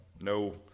no